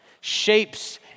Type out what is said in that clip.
shapes